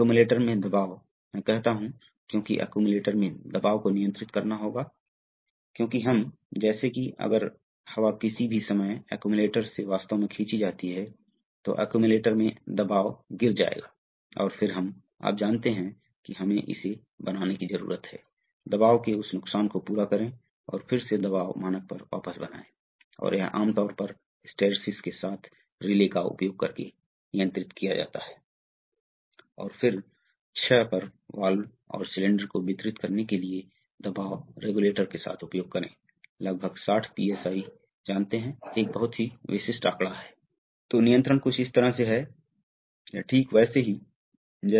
तो आप देखते हैं कि यहाँ दबाव क्या है यहाँ दबाव पीसी है लेकिन यहाँ दबाव पीसी नहीं है क्योंकि इसे इस वाल्व से गिरना है इसलिए यह पीसी से कम होने वाला है वास्तव में ऐसा तब है यदि यह पक्ष है पीसी और अगर वहाँ है और अगर यह पक्ष पीसी से कम है और फिर भी इसे इस तरह से स्थानांतरित करना है तो यहाँ पर शुद्ध बल यहाँ के शुद्ध बल से अधिक होना चाहिए इसलिए क्षेत्रों को नियंत्रित किया जाना चाहिए इसलिए यहाँ का क्षेत्र वास्तव में दो बार है A और यहाँ का क्षेत्र A है इसलिए इस दबाव को स्थानांतरित करने के लिए केवल PC2 का होना आवश्यक है यहाँ दबाव केवल PC2 के लिए आवश्यक है इसलिए जिस क्षण यह PC2 से ऊपर हो जाता है यह वाल्व इस तरह से शिफ्ट हो जाएगा अब जब यह वाल्व इस तरह से शिफ्ट हो जाएगा